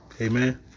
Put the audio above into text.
Amen